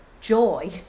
Joy